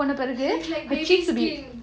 like like baby skin